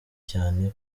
cyane